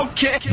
Okay